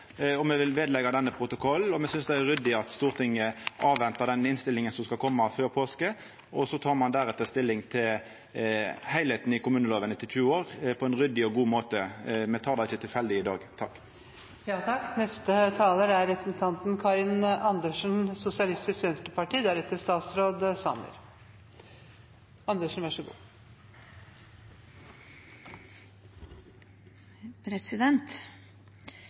Og me synest det er ryddig at Stortinget ventar på den innstillinga som skal koma før påske, og så tek ein deretter stilling til heilskapen i kommunelova etter 20 år, på ein ryddig og god måte. Me tek det ikkje tilfeldig i dag.